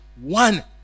one